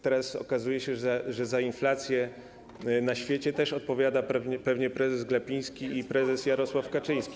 Teraz okazuje się, że za inflację na świecie też pewnie odpowiada prezes Glapiński i prezes Jarosław Kaczyński.